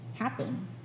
happen